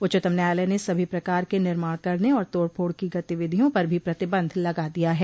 उच्चतम न्यायालय ने सभी प्रकार के निर्माण करने और तोड़ फोड़ की गतिविधियों पर भी प्रतिबंध लगा दिया है